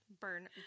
burn